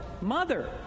mother